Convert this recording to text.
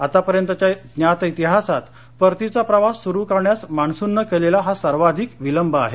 आत्तापर्यंतच्या ज्ञात इतिहासात परतीचा प्रवास सुरू करण्यास मान्सूननं केलेला हा सर्वाधिक विलंब आहे